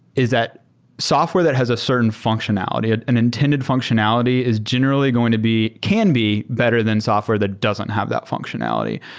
is that software that has a certain functionality. ah an intended functionality is generally going to be can be better than software that doesn't have that functionality.